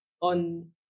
on